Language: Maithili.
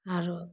आओर